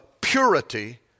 purity